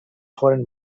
foren